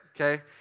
okay